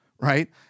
Right